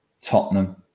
Tottenham